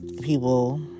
people